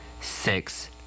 six